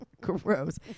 gross